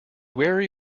wary